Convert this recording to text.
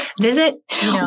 Visit